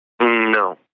No